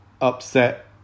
upset